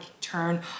turn